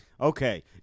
Okay